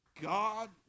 God